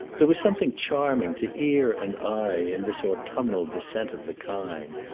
there was something charming to ear and eye in this autumnal descent of the kine,